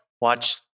Watch